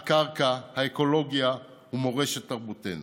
הקרקע, האקולוגיה ומורשת תרבותנו.